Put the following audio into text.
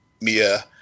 Mia